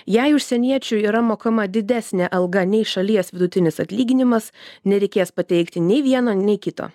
jei užsieniečių yra mokama didesnė alga nei šalies vidutinis atlyginimas nereikės pateikti nei vieno nei kito